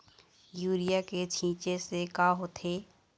Urea के छींचे से का होथे?